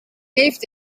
heeft